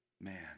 man